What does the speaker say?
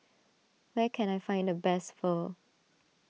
where can I find the best Pho